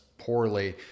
poorly